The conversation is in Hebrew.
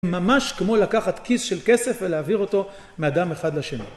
ממש כמו לקחת כיס של כסף ולהעביר אותו מאדם אחד לשני.